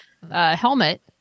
Helmet